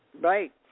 Right